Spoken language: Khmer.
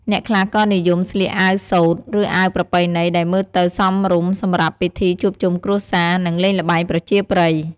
អ្នកខ្លះក៏និយមស្លៀកអាវសូត្រ ឬអាវប្រពៃណីដែលមើលទៅសមរម្យសម្រាប់ពិធីជួបជុំគ្រួសារ និងលេងល្បែងប្រជាប្រិយ។